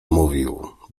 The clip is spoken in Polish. mówił